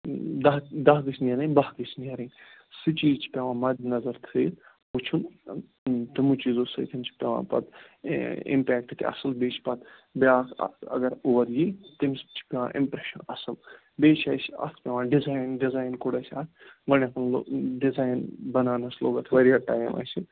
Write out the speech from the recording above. دَہ دَہ گٔژھۍ نیرٕنۍ باہ گٔژھۍ نیرٕنۍ سُہ چیٖز چھِ پٮ۪وان مَدٕ نظر تھٲوِتھ وُچھُن تِمو چیٖزو سۭتٮ۪ن چھُ پٮ۪وان پَتہٕ اِمپٮ۪کٹہٕ تہِ اَصٕل بیٚیہِ چھِ پَتہٕ بیٛاکھ اَکھ اگر اور یِیہِ تٔمِس تہِ چھُ پٮ۪وان اِمپریشَن اَصٕل بیٚیہِ چھِ اَسہِ اتھ پٮ۪وان ڈِزایِن ڈِزایِن کوٚر اَسہِ اتھ گۄڈنٮ۪تھ لوگ ڈِزایِن بَناونَس لوٚگ اَتھ واریاہ ٹایم اَسہِ